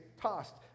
tossed